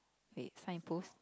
wait sign post